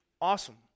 awesome